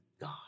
God